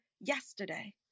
yesterday